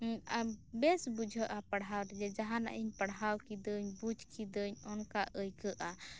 ᱟᱨ ᱵᱮᱥ ᱵᱩᱡᱷᱟᱹᱜᱼᱟ ᱯᱟᱲᱦᱟᱣ ᱨᱮ ᱡᱟᱦᱟᱸᱱᱟᱜ ᱤᱧ ᱯᱟᱲᱦᱟᱣ ᱠᱤᱫᱟᱹᱧ ᱵᱩᱡ ᱠᱤᱫᱟᱹᱧ ᱚᱱᱠᱟ ᱟᱹᱭᱠᱟᱹᱜᱼᱟ